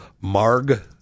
marg